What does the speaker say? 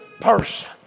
person